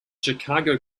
chicago